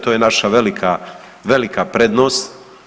To je naša velika prednost.